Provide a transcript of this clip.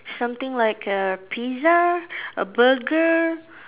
something like a pizza a burger